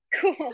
cool